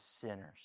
sinners